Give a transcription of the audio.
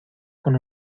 con